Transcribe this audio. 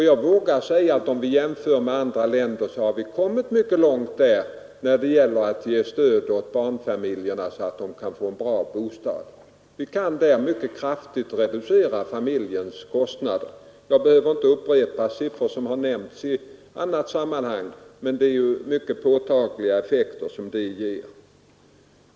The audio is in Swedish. Jag vågar säga att vi i jämförelse med andra länder har kommit mycket långt när det gäller att ge stöd åt barnfamiljerna, så att de kan få en bra bostad. Vi kan därigenom mycket kraftigt reducera familjens levnadskostnader. Jag behöver inte upprepa siffror på detta som har nämnts i annat sammanhang, men tilläggen ger mycket påtagliga effekter.